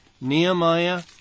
Nehemiah